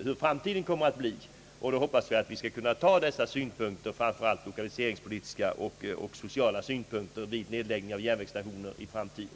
hur framtiden kommer att gestalta sig i detta avseende. Jag hoppas då att framför allt lokaliseringspolitiska och även socialpolitiska synpunkter i framtiden skall kunna beaktas vid behandlingen av frågor om nedläggning av järnvägsstationer.